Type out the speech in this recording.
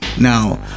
Now